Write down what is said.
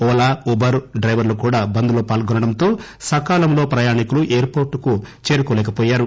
Ola Uber డ్లెవర్లు కూడా బంద్ లో పాల్గొనడంతో సకాలంలో ప్రయాణికులు ఎయిర్ పోర్టుకు చేరుకోలేకపోయారు